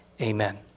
amen